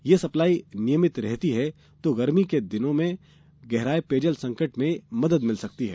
यह सप्लाई नियमित रहती है तो गर्मी के दिनों में गहराए पेयजल संकट में मदद मिल सकती है